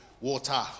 water